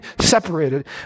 separated